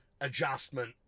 adjustment